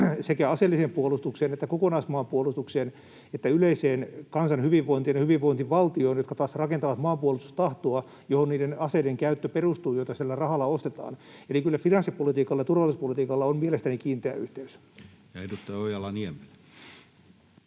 sekä aseelliseen puolustukseen että kokonaismaanpuolustukseen että yleiseen kansan hyvinvointiin ja hyvinvointivaltioon, jotka taas rakentavat maanpuolustustahtoa, johon niiden aseiden käyttö perustuu, joita sillä rahalla ostetaan. Eli kyllä finanssipolitiikalla ja turvallisuuspolitiikalla on mielestäni kiinteä yhteys. [Speech 166] Speaker: